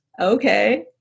okay